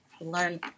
learn